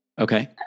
Okay